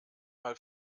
mal